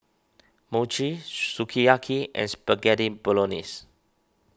Mochi Sukiyaki and Spaghetti Bolognese